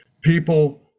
people